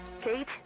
Kate